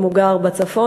אם הוא גר בצפון,